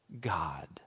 God